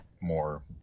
more